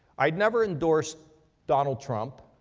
i'd never endorsed donald trump.